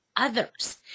others